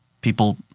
People